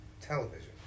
television